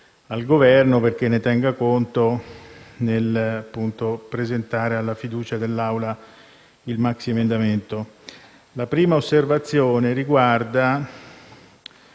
al Governo perché ne tenga conto nel presentare alla fiducia dell'Assemblea il maxiemendamento. La prima osservazione riguarda